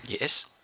Yes